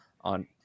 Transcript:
on